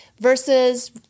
versus